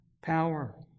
power